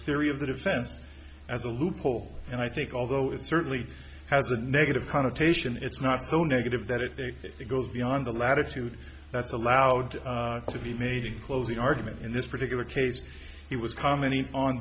defense as a loophole and i think although it certainly has a negative connotation it's not so negative that it goes beyond the latitude that's allowed to be made in closing argument in this particular case he was commenting on